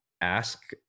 ask